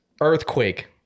Earthquake